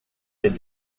est